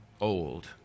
old